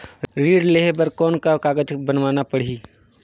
ऋण लेहे बर कौन का कागज बनवाना परही?